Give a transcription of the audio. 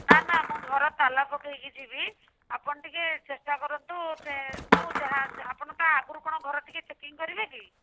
ନା ନା ମୁଁ ଘର ତାଲା ପକେଇକି ଯିବି ଆପଣ ଟିକିଏ ଚେଷ୍ଟା କରନ୍ତୁ ଆପଣ ତା ଆଗରୁ କ'ଣ ଘର ଟିକିଏ ଚେକିଙ୍ଗ୍ କରିବେ କି